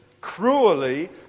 cruelly